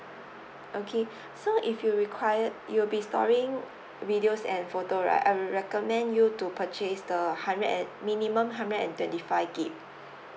okay so if you required you will be storing videos and photo right I will recommend you to purchase the hundred and minimum hundred and twenty five gig